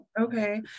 Okay